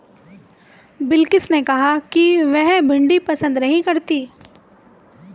बिलकिश ने कहा कि वह भिंडी पसंद नही करती है